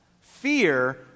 Fear